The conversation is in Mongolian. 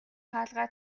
хаалгаа